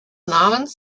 namens